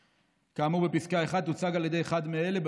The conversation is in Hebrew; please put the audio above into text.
לסדר-היום "כאמור בפסקה (1) תוצג על ידי אחד מאלה,